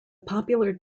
popular